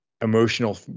emotional